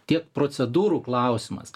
tiek procedūrų klausimas